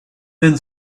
then